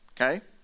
okay